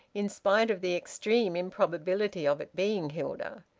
in spite of the extreme improbability of it being hilda.